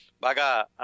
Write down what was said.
baga